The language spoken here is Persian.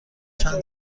چند